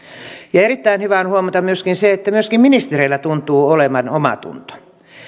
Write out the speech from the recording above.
ja erittäin hyvä on huomata myöskin se että myöskin ministereillä tuntuu olevan omatunto